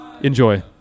Enjoy